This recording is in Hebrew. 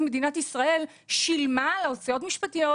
מדינת ישראל שילמה על הוצאות משפטיות,